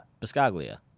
Biscaglia